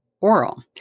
oral